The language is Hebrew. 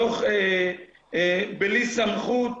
דוח בלי סמכות,